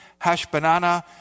Hashbanana